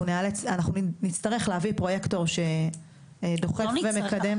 אנחנו נצטרך להביא פרוייקטור --- אנחנו לא נצטרך,